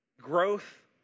growth